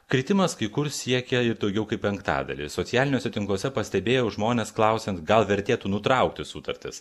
kritimas kai kur siekė ir daugiau kaip penktadalį socialiniuose tinkluose pastebėjau žmones klausiant gal vertėtų nutraukti sutartis